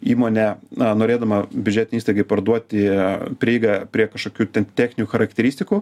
įmonė na norėdama biudžetinei įstaigai parduoti prieigą prie kažkokių ten techninių charakteristikų